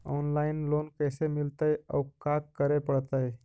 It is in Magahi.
औनलाइन लोन कैसे मिलतै औ का करे पड़तै?